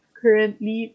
currently